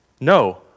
No